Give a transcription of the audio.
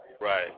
right